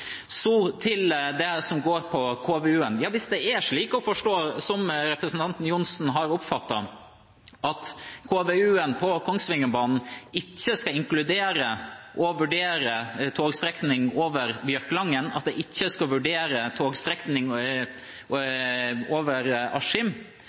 Så til KVU-en: Hvis det er slik å forstå, som representanten Johnsen har oppfattet, at KVU-en for Kongsvingerbanen ikke skal inkludere og vurdere en togstrekning over Bjørkelangen, at en ikke skal vurdere en togstrekning